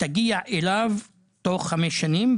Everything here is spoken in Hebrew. תגיע אליו תוך חמש שנים.